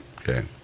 Okay